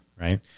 right